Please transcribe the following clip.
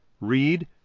Read